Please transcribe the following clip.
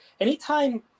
anytime